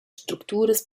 structuras